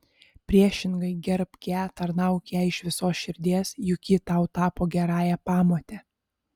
priešingai gerbk ją tarnauk jai iš visos širdies juk ji tau tapo gerąja pamote